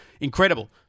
incredible